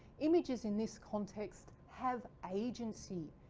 images in this context have agency.